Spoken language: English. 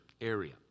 area